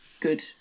good